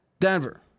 Denver